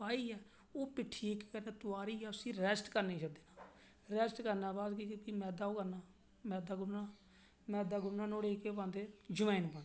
पाइयै पिट्ठी इक तुआरियै उसी रेस्ट करने दे बाद फ्ही केह् कि मैदा ओह् करना मैदा गुन्ना मैदा गुन्नना नुआढ़े च केह् पांदे अजबाइन पानी